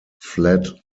fled